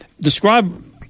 describe